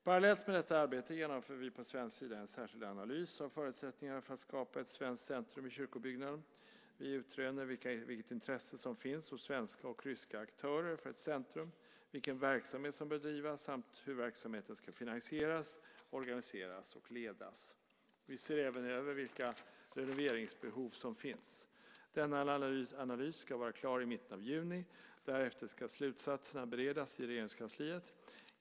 Parallellt med detta arbete genomför vi på svensk sida en särskild analys av förutsättningarna för att skapa ett svenskt centrum i kyrkobyggnaden. Vi utröner vilket intresse som finns hos svenska och ryska aktörer för ett centrum, vilken verksamhet som bör bedrivas samt hur verksamheten ska finansieras, organiseras och ledas. Vi ser även över vilka renoveringsbehov som finns. Denna analys ska vara klar i mitten av juni. Därefter ska slutsatserna beredas i Regeringskansliet.